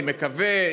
אני מקווה,